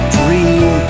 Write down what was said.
dream